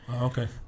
Okay